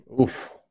Oof